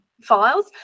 files